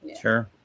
Sure